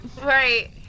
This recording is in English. Right